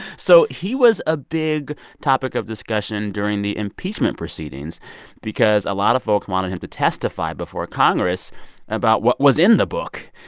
so he was a big topic of discussion during the impeachment proceedings because a lot of folks wanted him to testify before congress about what was in the book.